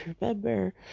remember